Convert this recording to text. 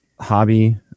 hobby